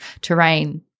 terrain